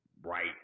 right